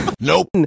nope